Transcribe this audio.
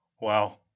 Wow